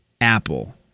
apple